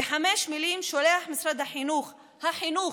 בחמש מילים שולח משרד החינוך, החינוך,